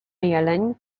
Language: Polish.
jeleń